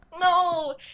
no